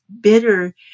bitter